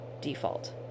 default